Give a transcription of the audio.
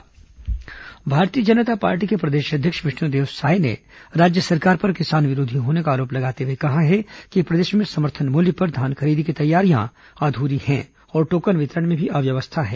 भाजपा आरोप भारतीय जनता पार्टी के प्रदेश अध्यक्ष विष्णुदेव साय ने राज्य सरकार पर किसान विरोधी होने का आरोप लगाते हुए कहा है कि प्रदेश में समर्थन मुल्य पर धान खरीदी की तैयारियां अधूरी हैं और टोकन वितरण में भी अव्यवस्था है